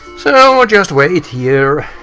so just wait here.